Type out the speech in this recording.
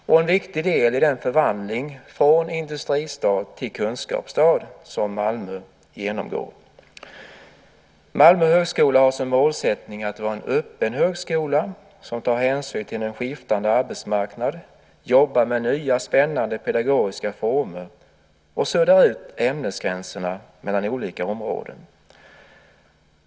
Den är en viktig del i förvandlingen från industristad till kunskapsstad som Malmö genomgår. Malmö högskola har som målsättning att vara en öppen högskola som tar hänsyn till den skiftande arbetsmarknaden, jobbar med nya spännande pedagogiska former och suddar ut ämnesgränserna mellan olika områden.